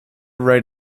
right